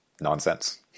nonsense